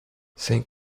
saint